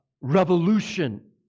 revolution